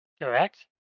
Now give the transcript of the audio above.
Correct